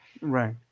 right